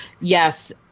yes